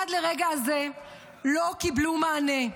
עד לרגע זה לא קיבלנו מענה.